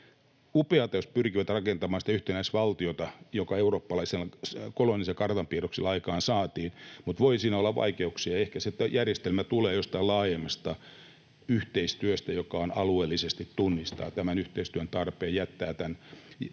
upeata, jos he pyrkivät rakentamaan sitä yhtenäistä valtiota, joka eurooppalaisten kolonisoijien karttapiirroksilla aikaan saatiin, mutta voi siinä olla vaikeuksia. Ja ehkä sitten järjestelmä tulee jostain laajemmasta yhteistyöstä, joka alueellisesti tunnistaa tämän yhteistyön tarpeen, katsoo nämä